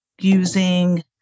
using